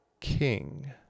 king